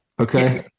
Okay